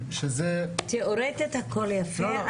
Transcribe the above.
תיאורטית הכול יפה.